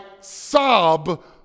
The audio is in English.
sob